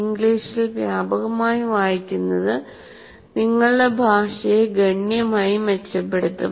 ഇംഗ്ലീഷിൽ വ്യാപകമായി വായിക്കുന്നത് നിങ്ങളുടെ ഭാഷയെ ഗണ്യമായി മെച്ചപ്പെടുത്തും